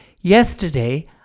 Yesterday